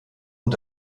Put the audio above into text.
und